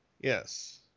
Yes